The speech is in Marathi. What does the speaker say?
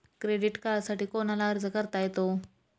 क्रेडिट कार्डसाठी कोणाला अर्ज करता येतो?